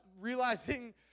realizing